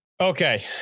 Okay